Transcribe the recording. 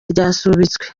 ryasubitswe